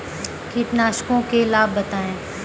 कीटनाशकों के लाभ बताएँ?